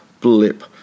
blip